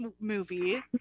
movie-